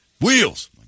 Wheels